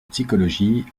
psychologie